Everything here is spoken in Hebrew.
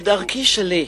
בדרכי שלי,